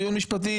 דיון משפטי,